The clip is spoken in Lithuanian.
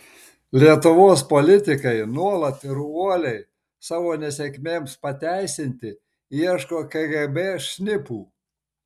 lietuvos politikai nuolat ir uoliai savo nesėkmėms pateisinti ieško kgb šnipų